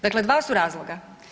Dakle, dva su razloga.